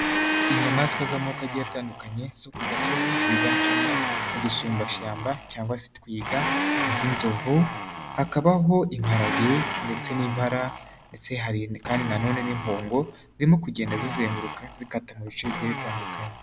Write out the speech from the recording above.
Inyamaswa z'amoko agiye atandukanye, zo ku gasozi ziganjemo, udusumbashyamba, cyangwa se twiga, hari inzovu, hakabaho imparagehe ndetse n'impara ndetse hari kandi nanone n'impongo, zirimo kugenda zizenguruka, zikata mu bice bigiye bitandukanye.